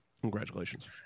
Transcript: Congratulations